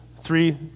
three